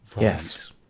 Yes